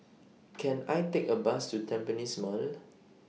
Can I Take A Bus to Tampines Mall